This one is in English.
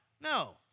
No